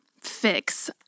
fix